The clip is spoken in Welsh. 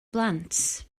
blant